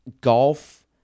golf –